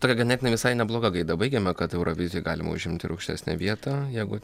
tokia ganėtinai visai nebloga gaida baigiame kad eurovizijoj galima užimt ir aukštesnę vietą jeigu